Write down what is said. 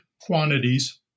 quantities